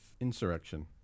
Insurrection